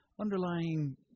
underlying